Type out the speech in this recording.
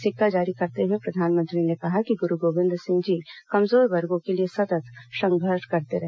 सिक्का जारी करते हए प्रधानमंत्री ने कहा कि गुरू गोबिंद सिंह जी कमजोर वर्गो के लिए सतत् संघर्ष करते रहे